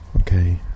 Okay